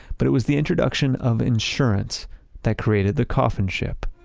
but it was the introduction of insurance that created the coffin ship